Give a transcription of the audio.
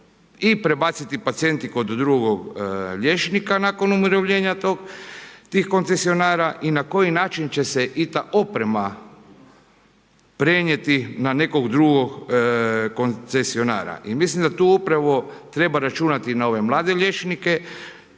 i prebaciti pacijenti kod drugog liječnika nakon umirovljenja tih koncesionara i na koji način će se i ta oprema prenijeti na nekog drugog koncesionara. I mislim da tu upravo treba računati na ove mlade liječnike